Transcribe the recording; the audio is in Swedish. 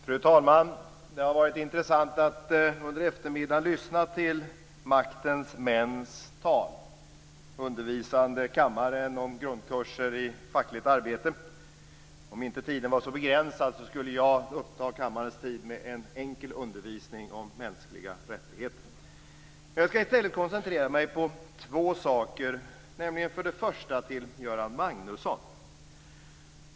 Fru talman! Det har varit intressant att under eftermiddagen lyssna till maktens män, undervisande kammaren i grundkursen i fackligt arbete. Om inte tiden var så begränsad skulle jag uppta kammarens tid med en enkel undervisning om mänskliga rättigheter. Jag skall i stället koncentrera mig på två saker. Jag vill först vända mig till Göran Magnusson.